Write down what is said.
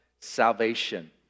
salvation